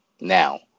now